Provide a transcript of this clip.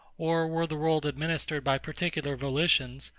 or were the world administered by particular volitions,